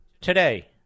Today